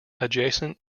adjacent